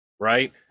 right